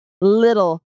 little